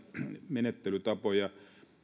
menettelytapoja